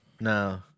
No